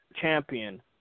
champion